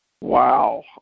Wow